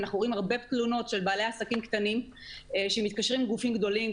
אנחנו רואים הרבה תלונות של בעלי עסקים קטנים שמתקשרים עם גופים גדולים.